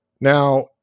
Now